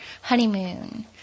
honeymoon